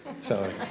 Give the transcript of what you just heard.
Sorry